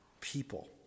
people